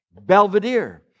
Belvedere